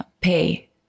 pay